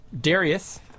Darius